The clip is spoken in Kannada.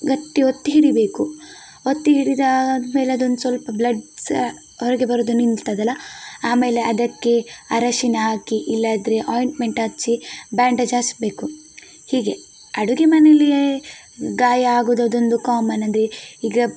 ಗಟ್ಟಿ ಒತ್ತಿ ಹಿಡಿಬೇಕು ಒತ್ತಿ ಹಿಡಿದಾದ್ಮೇಲೆ ಅದೊಂದು ಸ್ವಲ್ಪ ಬ್ಲಡ್ ಸಹ ಹೊರಗೆ ಬರುವುದು ನಿಲ್ತದಲ್ಲ ಆಮೇಲೆ ಅದಕ್ಕೆ ಅರಶಿಣ ಹಾಕಿ ಇಲ್ಲಾದ್ರೆ ಆಯಿಂಟ್ಮೆಂಟ್ ಹಚ್ಚಿ ಬ್ಯಾಂಡೇಜ್ ಹಚ್ಚಬೇಕು ಹೀಗೆ ಅಡುಗೆ ಮನೆಯಲ್ಲಿ ಗಾಯ ಆಗುವುದು ಅದೊಂದು ಕಾಮನ್ ಅಂದರೆ ಈಗ